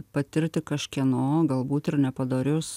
patirti kažkieno galbūt ir nepadorius